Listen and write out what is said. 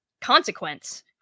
consequence